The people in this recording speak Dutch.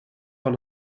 van